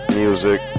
music